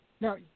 now